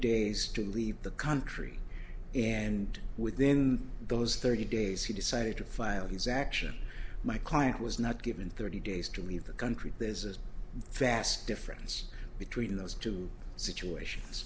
days to leave the country and within those thirty days he decided to file his action my client was not given thirty days to leave the country this is fast difference between those two situations